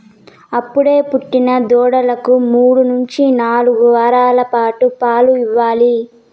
అప్పుడే పుట్టిన దూడలకు మూడు నుంచి నాలుగు వారాల పాటు పాలు ఇవ్వాలి